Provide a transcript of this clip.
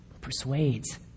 persuades